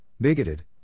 bigoted